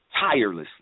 tirelessly